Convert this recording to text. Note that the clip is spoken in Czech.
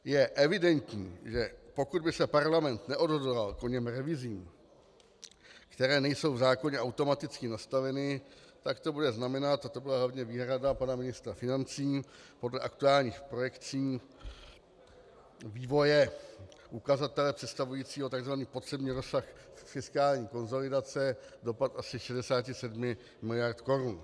Je evidentní, že pokud by se Parlament neodhodlal k oněm revizím, které nejsou v zákoně automaticky nastaveny, tak to bude znamenat, a to byla hlavně výhrada pana ministra financí, podle aktuálních projekcí vývoje ukazatele představujícího tzv. potřebný rozsah fiskální konsolidace dopad asi 67 miliard korun.